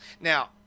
now